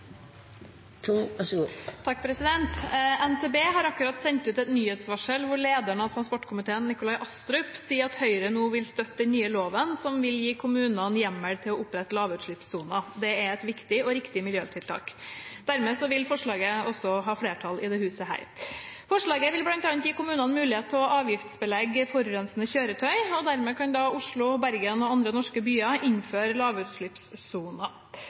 NTB har akkurat sendt ut et nyhetsvarsel hvor lederen av transportkomiteen, Nikolai Astrup, sier at Høyre nå vil støtte den nye loven som vil gi kommunene hjemmel til å opprette lavutslippssoner. Det er et viktig og riktig miljøtiltak. Dermed vil forslaget også ha flertall i dette huset. Forslaget vil bl.a. gi kommunene mulighet til å avgiftsbelegge forurensende kjøretøy, og dermed kan Oslo, Bergen og andre norske byer innføre lavutslippssoner.